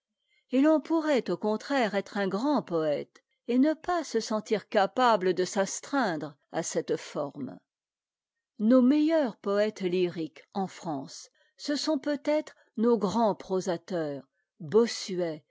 et l'on pourrait au contraire être un grand poëte et ne pas se sentir capable de s'astreindre à cette forme nos meilleurs poëtes lyriques en france ce sont peut-être nos grands prosateurs bossuet